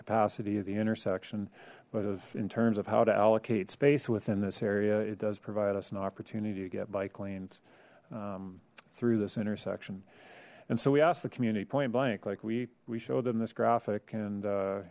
capacity of the intersection but of in terms of how to allocate space within this area it does provide us an opportunity to get bike lanes through this intersection and so we asked the community point blank like we we showed them this graphic and